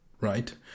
right